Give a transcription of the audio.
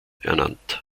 ernannt